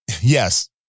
Yes